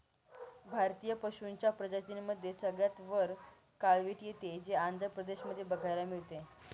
भारतीय पशूंच्या प्रजातींमध्ये सगळ्यात वर काळवीट येते, जे आंध्र प्रदेश मध्ये बघायला मिळते